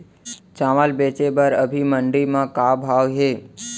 चांवल बेचे बर अभी मंडी म का भाव हे?